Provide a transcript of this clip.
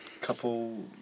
couple